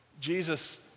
Jesus